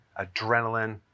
adrenaline